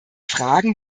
fragen